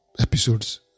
episodes